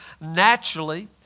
naturally